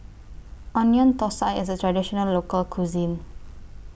Onion Thosai IS A Traditional Local Cuisine